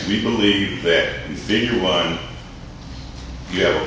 we believe that you have